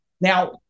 now